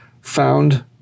found